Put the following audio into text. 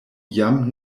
jam